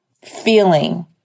feeling